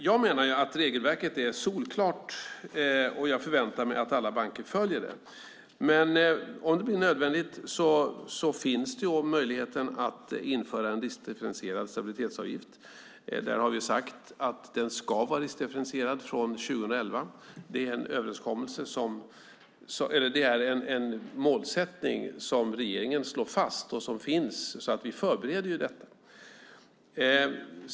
Jag menar att regelverket är solklart, och jag förväntar mig att alla banker följer det. Men om det blir nödvändigt finns möjligheten att införa en riskdifferentierad stabilitetsavgift. Vi har sagt att den ska vara riskdifferentierad från 2011. Det är en målsättning som regeringen slår fast och som finns. Vi förbereder detta.